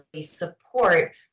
support